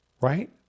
Right